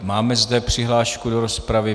Máme zde přihlášku do rozpravy.